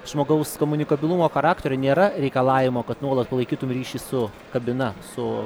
žmogaus komunikabilumo charakterio nėra reikalavimo kad nuolat palaikytum ryšį su kabina su